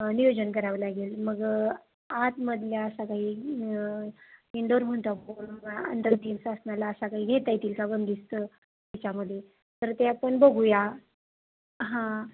नियोजन करावं लागेल मग आतमधल्या असा काही इनडोर म्हणतो आपण असा काही घेता येईल का बंदिस्त ह्याच्यामध्ये तर ते आपण बघूया हां